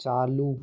चालू